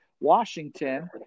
Washington